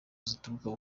zituruka